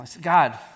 God